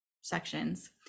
sections